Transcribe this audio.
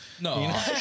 No